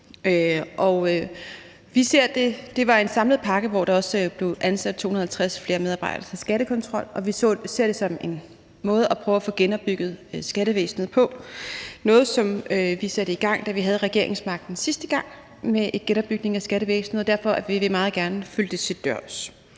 blev ansat 250 flere medarbejdere til skattekontrol, og vi ser det som en måde at prøve at få genopbygget skattevæsenet på. Det var noget, som vi satte i gang, da vi havde regeringsmagten sidste gang, i forbindelse med en genopbygning af skattevæsenet, og derfor vil vi meget gerne følge det til dørs.